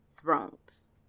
Thrones